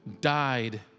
died